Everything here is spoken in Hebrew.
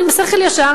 עם שכל ישר,